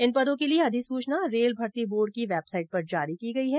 इन पदों के लिए अधिसूचना रेल भर्ती बोर्ड की वेबसाइट पर जारी की गई है